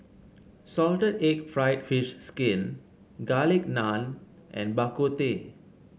Salted Egg fried fish skin Garlic Naan and Bak Kut Teh